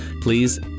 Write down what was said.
please